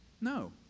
No